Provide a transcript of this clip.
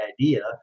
idea